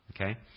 Okay